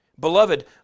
Beloved